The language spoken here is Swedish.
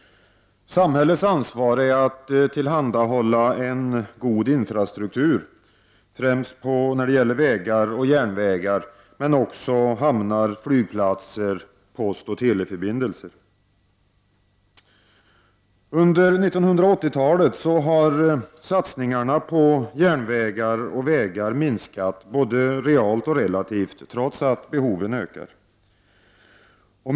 Samhällets ansvar är att tillhandahålla en god infrastruktur, främst vägar och järnvägar, men också hamnar och flygplatser, liksom postoch teleförbindelser. Under 1980-talet har satsningar på järnvägar och vägar minskat, både realt och relativt, trots att behoven ökar.